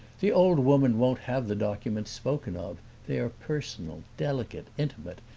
the old woman won't have the documents spoken of they are personal, delicate, intimate,